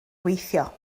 weithio